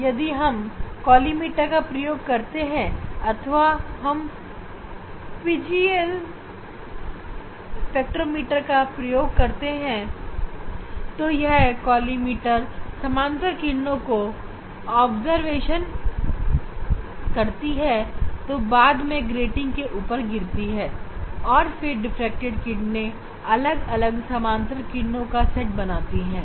यही कारण है यदि हम काली मीटर का प्रयोग करते हैं अथवा हम PGM स्पेक्ट्रोमीटर का प्रयोग करते हैं तो यह काली मीटर समानांतर किरणों का उत्सर्जन करती हैं जो बाद में ग्रेटिंग के ऊपर गिरती हैं और फिर डिफ्रैक्टेड किरणें अलग अलग समानांतर किरणें का सेट बनाती है